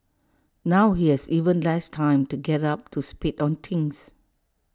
now he has even less time to get up to speed on things